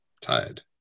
Tired